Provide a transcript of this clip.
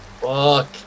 Fuck